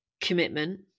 commitment